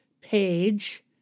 page